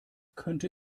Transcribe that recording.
könnte